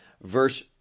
verse